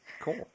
Cool